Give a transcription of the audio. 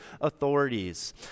authorities